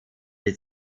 die